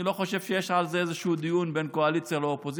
אני לא חושב שיש על זה איזשהו דיון בין קואליציה לאופוזיציה,